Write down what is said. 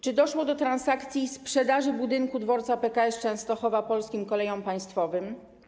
Czy doszło do transakcji sprzedaży budynku dworca PKS Częstochowa Polskim Kolejom Państwowym?